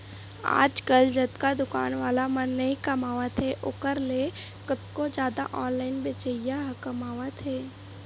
आजकल जतका दुकान वाला मन नइ कमावत हे ओखर ले कतको जादा ऑनलाइन बेचइया ह कमावत हें